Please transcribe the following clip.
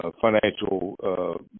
financial